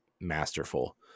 masterful